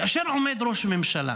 כאשר עומד ראש ממשלה